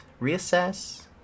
reassess